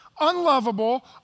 unlovable